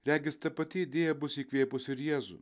regis ta pati idėja bus įkvėpusi ir jėzų